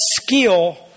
skill